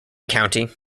county